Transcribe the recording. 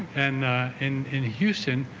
and in in houston